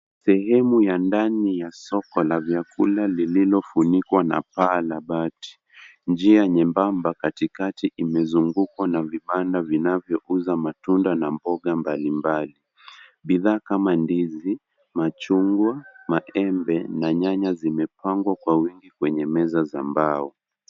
Sehemu ya ndani ya soko la vyakula lililofunikwa na paa ia bati. Njia nyembamba katikati imezungukwa na vibanda vinavyoauza matunda na mboga mbalimbali. Bidhaa kama ndizi, machungwa, maembe na nyanya zimepangwa kwa wingi kwenye meza za mbao.